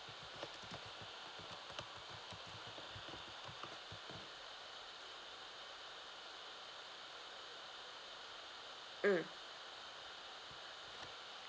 mm